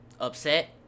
upset